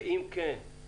ואם כן,